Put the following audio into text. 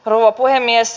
rouva puhemies